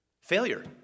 Failure